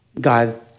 God